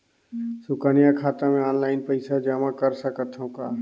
सुकन्या खाता मे ऑनलाइन पईसा जमा कर सकथव का?